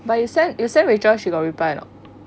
but you send you send rachel should got reply or not